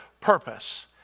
purpose